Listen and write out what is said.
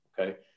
okay